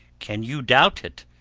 can you doubt it?